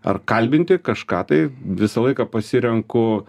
ar kalbinti kažką tai visą laiką pasirenku